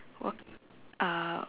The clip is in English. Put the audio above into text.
uh